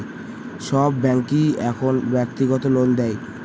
সব ব্যাঙ্কই এখন ব্যক্তিগত লোন দেয়